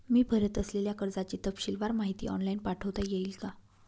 मी भरत असलेल्या कर्जाची तपशीलवार माहिती ऑनलाइन पाठवता येईल का?